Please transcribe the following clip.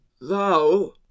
Thou